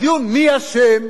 הדיון מי אשם,